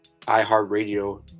iHeartRadio